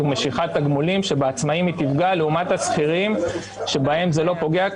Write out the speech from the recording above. עם משיכת תגמולים שבעצמאים היא תפגע לעומת השכירים שבהם זה לא פוגע.